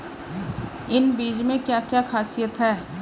इन बीज में क्या क्या ख़ासियत है?